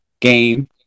Game